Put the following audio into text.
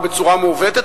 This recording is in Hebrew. בצורה מעוותת,